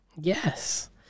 Yes